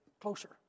closer